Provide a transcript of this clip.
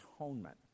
atonement